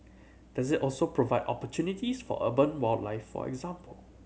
does it also provide opportunities for urban wildlife for example